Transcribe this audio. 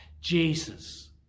Jesus